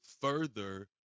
further